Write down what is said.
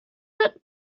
that